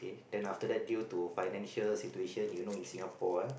then after that due to financial situation you know in Singapore ah